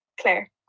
Claire